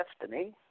destiny